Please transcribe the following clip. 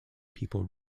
people